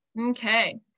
Okay